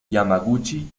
yamaguchi